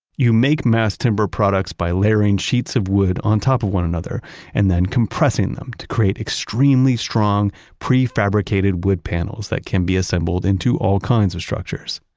you make mass timber products by layering sheets of wood on top of one another and then compressing them to create extremely strong, prefabricated wood panels that can be assembled into all kinds of structures.